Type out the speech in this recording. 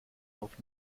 auf